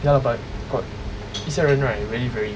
ya lah but got 有些人 right really very